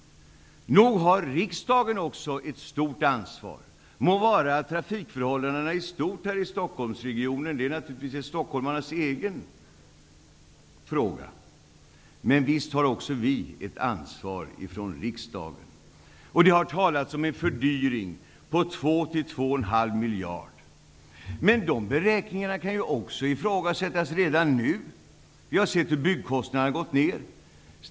Nog har riksdagen ett stort ansvar. De må så vara att trafikförhållandena i stort här i Stockholmsregionen utgör en fråga för stockholmarna. Men visst har också vi i riksdagen ett ansvar. Det har talats om en fördyring på 2--2,5 miljarder. Dessa beräkningar kan dock också ifrågasättas redan nu. Vi har sett hur byggkostnaderna har gått ner.